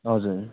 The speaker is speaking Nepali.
हजुर